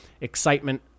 excitement